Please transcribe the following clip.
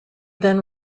then